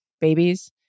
babies